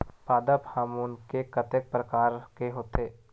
पादप हामोन के कतेक प्रकार के होथे?